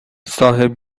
صاحب